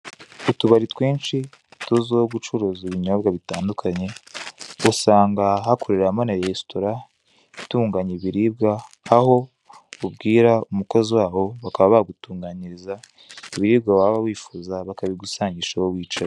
Utubari twinshi tuzwiho gucuruza ibinyobwa bitandukanye, usanga hakoreramo na resitora, aho ubwira umukozi waho bakaba bagutunganyiriza ibiribwa waba wifuza bakabigusangisha aho wicaye.